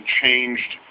changed